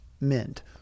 mint